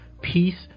Peace